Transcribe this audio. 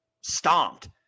stomped